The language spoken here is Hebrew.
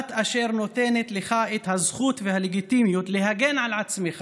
דת אשר נותנת לך את הזכות והלגיטימיות להגן על עצמך